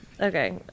okay